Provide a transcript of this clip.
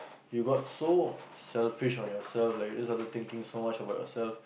you got so selfish on yourself like you're just thinking so much about yourself